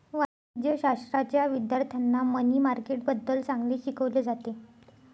वाणिज्यशाश्राच्या विद्यार्थ्यांना मनी मार्केटबद्दल चांगले शिकवले जाते